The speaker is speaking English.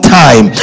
time